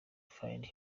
find